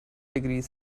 degrees